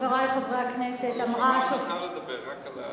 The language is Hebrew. חברי חברי הכנסת, אמרה השופטת, לדבר, רק על,